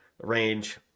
range